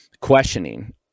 questioning